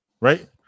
right